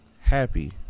happy